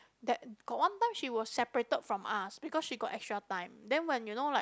that got one time she was separated from us because she got extra time then when you know like